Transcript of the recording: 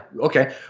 okay